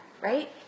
Right